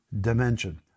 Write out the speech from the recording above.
dimension